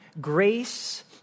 grace